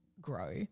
grow